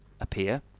appear